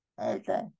Okay